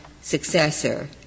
successor